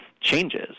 changes